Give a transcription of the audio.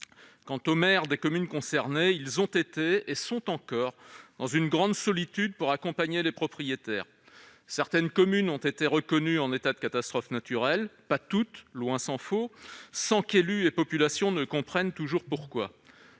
Quant aux maires des communes concernées, ils ont été et sont encore dans une grande solitude pour accompagner les propriétaires. Certaines communes ont été reconnues en état de catastrophe naturelle, pas toutes, tant s'en faut, sans qu'élus et population comprennent toujours pourquoi.